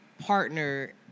partner